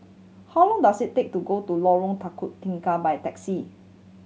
how long does it take to go to Lorong Tiga by taxi